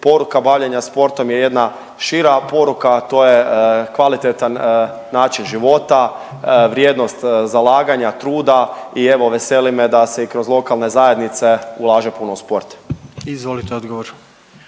poruka bavljenja sportom je jedna šira poruka, a to je kvalitetan način života, vrijednost zalaganja, truda i evo veseli me da se i kroz lokalne zajednice ulaže puno u sport. **Jandroković,